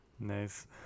Nice